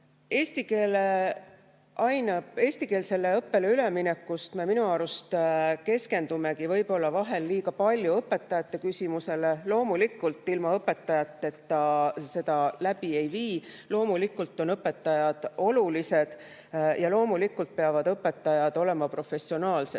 Eestikeelsele õppele üleminekul me minu arust keskendumegi võib-olla vahel liiga palju õpetajate küsimusele. Loomulikult, ilma õpetajateta seda läbi ei vii. Loomulikult on õpetajad olulised ja loomulikult peavad õpetajad olema professionaalsed.